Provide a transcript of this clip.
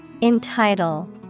Entitle